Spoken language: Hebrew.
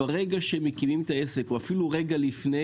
ברגע שמקימים את העסק או אפילו לפני,